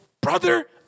brother